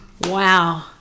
Wow